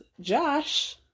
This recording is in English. Josh